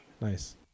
Nice